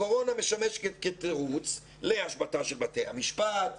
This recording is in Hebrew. הקורונה משמשת כתירוץ להשבתה של בתי המשפט,